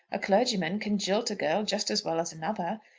a clergyman can jilt a girl just as well as another.